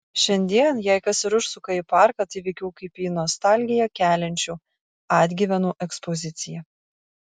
šiandien jei kas ir užsuka į parką tai veikiau kaip į nostalgiją keliančių atgyvenų ekspoziciją